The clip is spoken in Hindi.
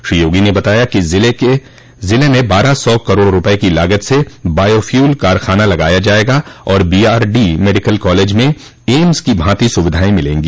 श्री योगी ने बताया कि जिले में बारह सौ करोड़ रूपये की लागत से बायोफ्यूल कारखाना लगाया जायेगा और बीआरडी मेडिकल कालेज में एम्स की भाँति सुविधाये मिलेंगी